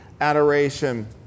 adoration